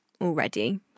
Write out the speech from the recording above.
already